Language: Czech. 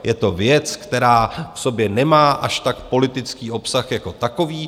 Je to věc, která v sobě nemá až tak politický obsah jako takový.